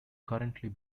currently